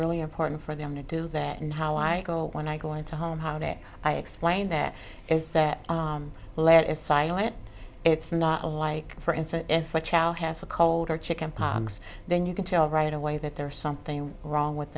really important for them to do that and how i go when i go into home how dare i explain that is that lead if i am it's not a like for instance if a child has a cold or chicken pox then you can tell right away that there's something wrong with